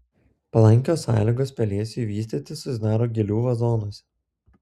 palankios sąlygos pelėsiui vystytis susidaro gėlių vazonuose